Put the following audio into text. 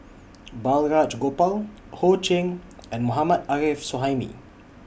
Balraj Gopal Ho Ching and Mohammad Arif Suhaimi